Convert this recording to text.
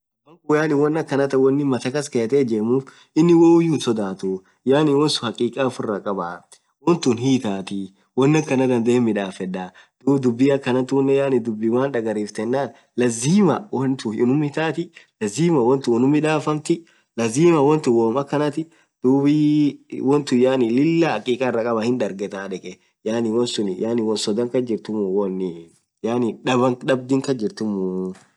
abakhun yaani won akhanathaa woo inin mathaaa kaskayeth ijemuni inin woo hinsodhathu yaani wonsun hakika ufurah khabaa wontun hii itathii wonn akhanatha dhandhe hinmidhafedha dhubi dhub akhanathunen yaani dhub maan dhagariftii yenen lazima wontun unnum itathii lazima wontun unnum midhafamthi lazima wontun won akhanathi dhubii wontun Lilah hakika irakhaba hindhargetha dhekhe yaani wonsun won sodhaa kasjirtum wonnii dhabaa dhamdhi kasjirtum